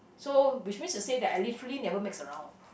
so which means to say that I literally never mix around